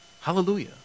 Hallelujah